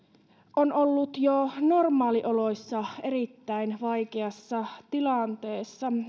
on ollut jo normaalioloissa erittäin vaikeassa tilanteessa